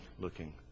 looking